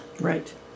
Right